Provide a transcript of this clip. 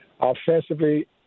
Offensively